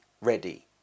ready